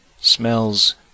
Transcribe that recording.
Smells